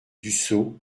dussopt